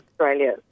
Australia